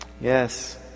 yes